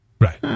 right